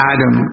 Adam